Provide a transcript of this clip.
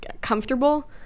comfortable